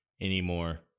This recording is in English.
anymore